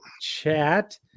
chat